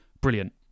brilliant